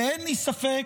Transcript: אין לי ספק